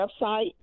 website